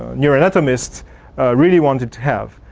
new anatomist really wanted to have.